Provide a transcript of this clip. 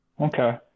Okay